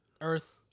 Earth